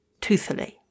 toothily